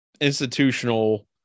institutional